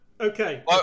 Okay